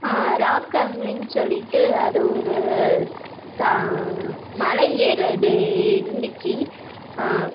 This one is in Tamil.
ராக்கம்லிங் சொல்லிகிட்டு அது ஒரு ச மலை ஏர்கிறது இருந்துச்சு